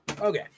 Okay